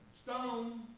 stone